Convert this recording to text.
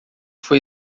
foi